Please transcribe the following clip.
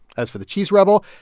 as for the cheese rebel,